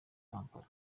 kampala